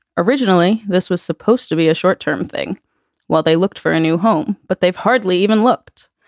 originally, this was supposed to be a short term thing while they looked for a new home, but they've hardly even looked.